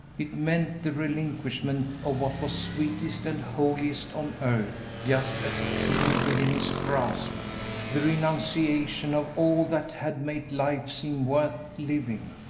it meant the relinquishment of what was sweetest and holiest on earth just as it seemed within his grasp the renunciation of all that had made life seem worth living!